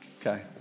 Okay